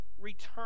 return